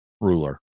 ruler